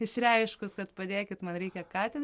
išreiškus kad padėkit man reikia ką ten